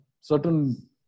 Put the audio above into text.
certain